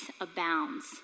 abounds